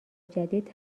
جدید